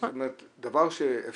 זאת אומרת דבר שאפשרי,